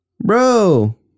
Bro